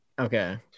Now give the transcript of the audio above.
Okay